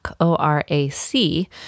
O-R-A-C